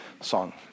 song